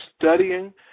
studying